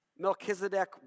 Melchizedek